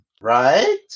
Right